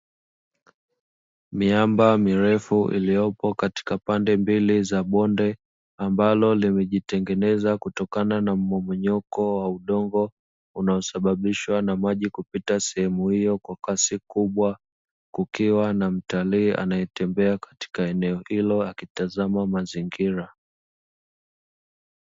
Miamba mirefu iliyopo katika pande mbili za bonde ambalo limejitengeneza kutokana na mmomonyoko wa udongo unao sababishwa na maji kupita sehemu hiyo kwa kasi kubwa. Kukiwa na mtalii anaye tembea katika eneo hilo akitazama mazingira.